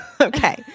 okay